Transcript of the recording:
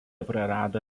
prarado